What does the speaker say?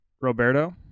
Roberto